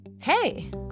Hey